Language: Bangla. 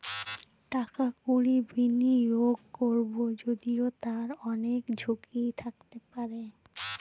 টাকা কড়ি বিনিয়োগ করবো যদিও তার অনেক ঝুঁকি থাকতে পারে